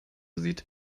sieht